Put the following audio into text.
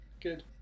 Good